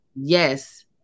yes